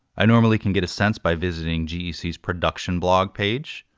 i normally can get a sense, by visiting gecs production blog page,